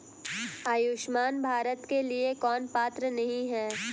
आयुष्मान भारत के लिए कौन पात्र नहीं है?